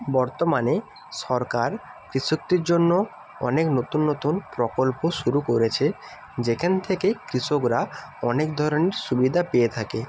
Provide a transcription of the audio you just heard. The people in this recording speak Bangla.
বর্তমানে সরকার কৃষকদের জন্য অনেক নতুন নতুন প্রকল্প শুরু করেছে যেখান থেকে কৃষকরা অনেক ধরনের সুবিধা পেয়ে থাকে